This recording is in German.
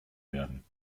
werden